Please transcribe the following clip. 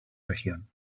región